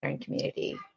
community